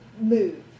move